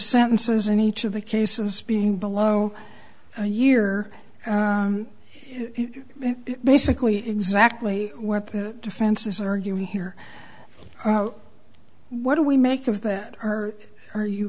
sentences in each of the cases being below a year basically exactly what the defense is arguing here what do we make of that or are you